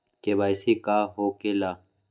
KYC का हो के ला?